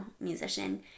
musician